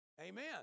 Amen